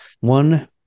One